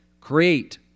Create